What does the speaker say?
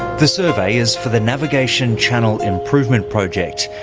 the survey is for the navigation channel improvement project,